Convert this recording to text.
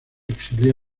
exilió